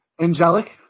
Angelic